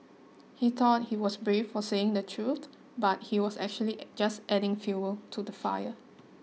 he thought he was brave for saying the truth but he was actually just adding fuel to the fire